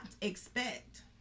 expect